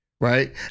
right